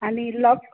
आनी लॉक